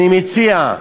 אני מציע,